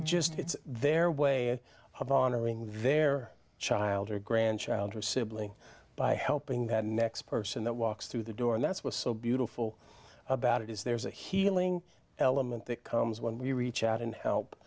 it's their way of honoring with their child or grandchild or a sibling by helping that mix person that walks through the door and that's what's so beautiful about it is there's a healing element that comes when we reach out and help